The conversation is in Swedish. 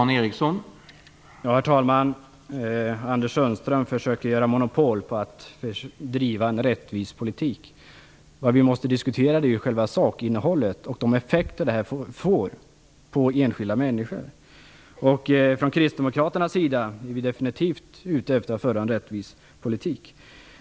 Herr talman! Anders Sundström försöker att utöva monopol på att driva en rättvis politik. Vad vi måste diskutera är ju själva sakinnehållet och effekterna för enskilda människor. Vi kristdemokrater är definitivt ute efter att föra en rättvis politik.